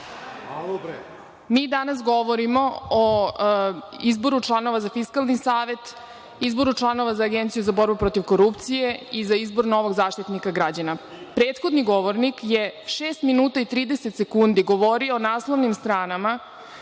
danas govorimo o izboru članova za Fiskalni savet, izboru članova za Agenciju za borbu protiv korupcije i za izbor novog Zaštitnika građana. Prethodni govornik je šest minuta i 30 sekundi govorio o naslovnim stranama